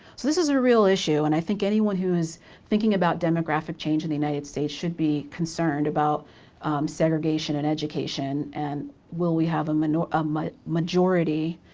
so this is a real issue and i think anyone who is thinking about demographic change in the united states should be concerned about segregation and education. and where we have um ah um a majority,